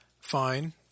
Fine